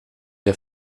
der